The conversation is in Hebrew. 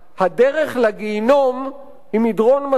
הדרך לגיהינום היא מדרון מתון,